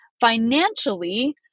financially